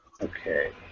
Okay